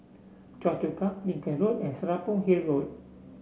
Choa Chu Kang Lincoln Road and Serapong Hill Road